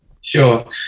sure